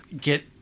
get